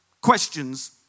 questions